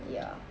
ya